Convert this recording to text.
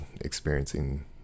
experiencing